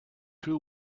two